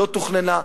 לא תוכננה,